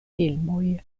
filmoj